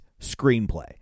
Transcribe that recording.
screenplay